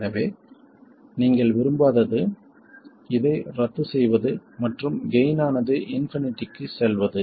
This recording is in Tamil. எனவே நீங்கள் விரும்பாதது இதை ரத்து செய்வது மற்றும் கெய்ன் ஆனது இன்பினிட்டிக்கு செல்வது